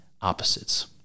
opposites